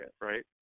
right